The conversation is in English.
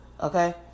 Okay